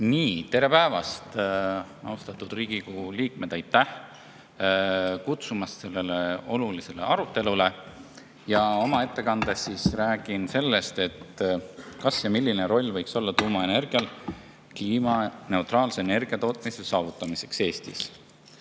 Tere päevast, austatud Riigikogu liikmed! Aitäh kutsumast sellele olulisele arutelule! Oma ettekandes räägin ma sellest, kas ja kui, siis milline roll võiks olla tuumaenergial kliimaneutraalse energiatootmise saavutamisel Eestis.